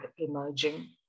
emerging